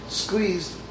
squeezed